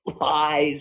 lies